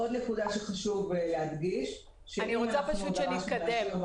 יש עוד נקודה שחשוב להדגיש --- אני רוצה להתקדם.